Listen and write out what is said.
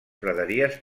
praderies